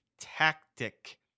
tactic